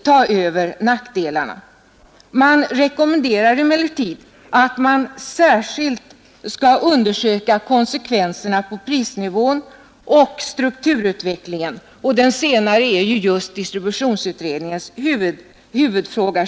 större än nackdelarna. Man rekommenderar emellertid att konsekvenserna beträffande prisnivån och strukturutvecklingen särskilt skall undersökas, och den senare är självfallet just distributionsutredningens huvudfråga.